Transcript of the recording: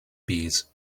bees